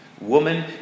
Woman